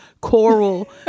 coral